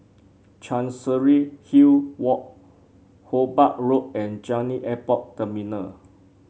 Chancery Hill Walk Hobart Road and Changi Airport Terminal